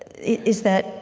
is that